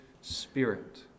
spirit